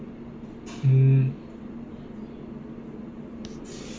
mm